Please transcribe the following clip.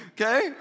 okay